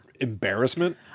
embarrassment